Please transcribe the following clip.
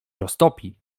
roztopi